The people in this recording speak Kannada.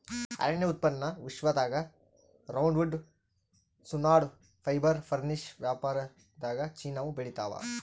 ಅರಣ್ಯ ಉತ್ಪನ್ನ ವಿಶ್ವದಾಗ ರೌಂಡ್ವುಡ್ ಸಾನ್ವುಡ್ ಫೈಬರ್ ಫರ್ನಿಶ್ ವ್ಯಾಪಾರದಾಗಚೀನಾವು ಬೆಳಿತಾದ